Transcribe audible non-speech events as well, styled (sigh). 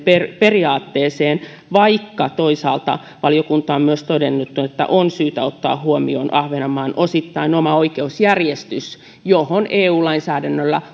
periaatteeseen vaikka toisaalta valiokunta on myös todennut että on syytä ottaa huomioon ahvenanmaan osittain oma oikeusjärjestys johon eu lainsäädännöllä (unintelligible)